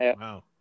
wow